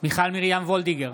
מיכל מרים וולדיגר,